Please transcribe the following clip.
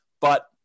But-